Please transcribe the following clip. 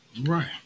right